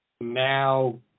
Now